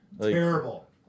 Terrible